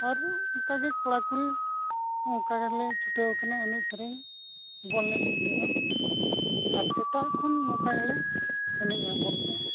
ᱟᱨ ᱚᱱᱠᱟ ᱜᱮ ᱠᱚᱲᱟ ᱠᱩᱲᱤ ᱦᱚᱸ ᱚᱱᱠᱟ ᱜᱮᱞᱮ ᱪᱷᱩᱴᱟᱹᱣ ᱠᱟᱱᱟ ᱮᱱᱮᱡ ᱥᱮᱨᱮᱧ ᱵᱚᱞ ᱮᱱᱮᱡ ᱞᱟᱹᱭ ᱛᱮᱫᱚ ᱥᱮᱛᱟᱜ ᱠᱷᱚᱱ ᱱᱚᱝᱠᱟ ᱜᱮᱞᱮ ᱮᱱᱮᱡᱼᱟ ᱵᱚᱞ ᱫᱚ